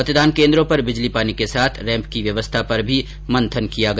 मतदान केन्द्रों पर बिजली पानी के साथ रैम्प की व्यवस्था पर भी मंथन किया गया